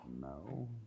No